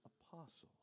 apostles